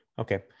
Okay